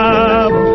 up